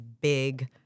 big